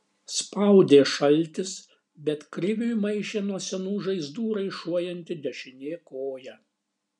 spaudė šaltis bet kriviui maišė nuo senų žaizdų raišuojanti dešinė koja